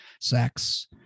sex